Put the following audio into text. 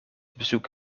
bezoek